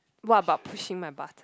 what about pushing my button